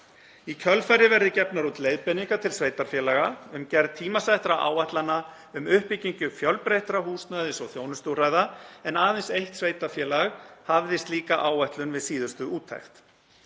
Í kjölfarið verði gefnar út leiðbeiningar til sveitarfélaga um gerð tímasettra áætlana um uppbyggingu fjölbreyttra húsnæðis- og þjónustuúrræða, en aðeins eitt sveitarfélag hafði slíka áætlun við síðustu úttekt.